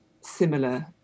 similar